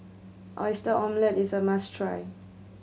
Oyster Omelette is a must try